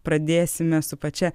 pradėsime su pačia